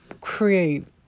create